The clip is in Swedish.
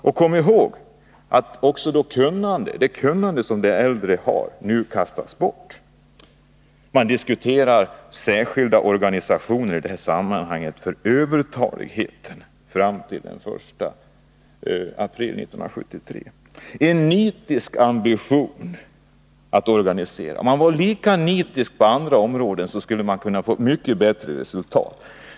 Och man skall också komma ihåg att det kunnande som de äldre har nu kastas bort. Man diskuterar i det här sammanhanget särskilda organisationer för Nr 38 övertaligheten fram till den 1 april 1973. Fredagen den Det är fråga om en nitisk ambition. Om man var lika nitisk på andra 27 november 1981 områden skulle man kunna få mycket bättre resultat.